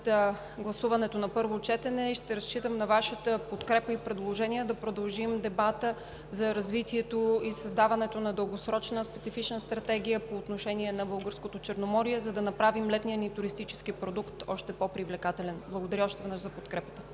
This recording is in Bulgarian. гласуването на първо четене, ще разчитам на Вашата подкрепа и предложения да продължим дебата за развитието и създаването на дългосрочна специфична стратегия по отношение на Българското Черноморие, за да направим летния ни туристически продукт още по-привлекателен. Благодаря още веднъж за подкрепата.